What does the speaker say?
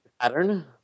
pattern